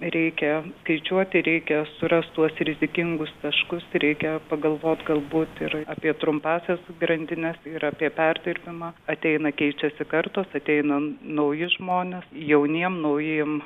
reikia skaičiuoti reikia surast tuos rizikingus taškus reikia pagalvot galbūt ir apie trumpąsias grandines ir apie perdirbimą ateina keičiasi kartos ateina nauji žmonės jauniem naujiem